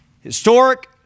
historic